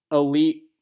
elite